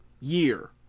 year